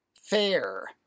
FAIR